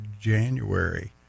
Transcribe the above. January